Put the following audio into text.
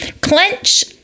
Clench